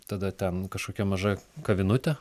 tada ten kažkokia maža kavinutė